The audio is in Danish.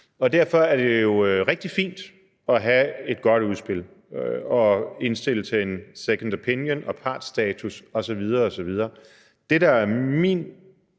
Derfor er det jo rigtig fint at have et godt udspil og indstille til en second opinion og partsstatus osv.